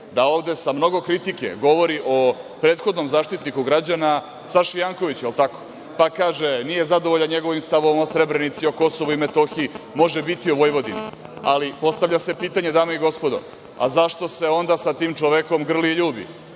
da ovde sa mnogo kritike govori o prethodnom Zaštitniku građana, Saši Jankoviću, jel tako. Pa, kaže, nije zadovoljan njegovim stavom o Srebrenici, o Kosovu i Metohiji, može biti o Vojvodini. Postavlja se pitanje dame i gospodo, a zašto se onda sa tim čovekom grli i ljubi?